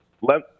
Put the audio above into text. Let